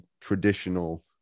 traditional